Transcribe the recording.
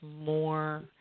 more